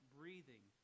breathing